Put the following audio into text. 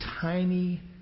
tiny